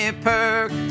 perk